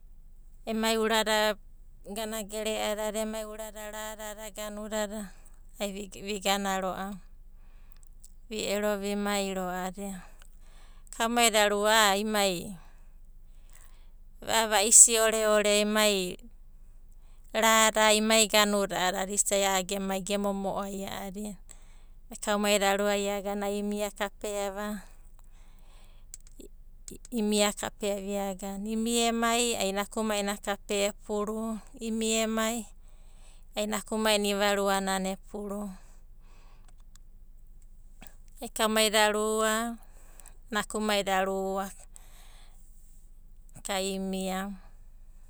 Emai urada ganagere'a dada, emai uruda radada ai vi igana ro'ava vi ero vimai ro'a a'adina. Kaumaida rua a'a emai a'a va'isi oreore emai rada emai a'ana gemai ge momo'ai a'adina. Ai kaumaida rua imia kapea epuru, imia ai nakumainai iva ruanana epuru. Ai kaumaida rua nakumaida rua inoku ai imiava.